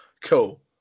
Cool